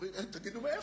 אומרים, תגידו מאיפה,